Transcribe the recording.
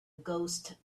ghost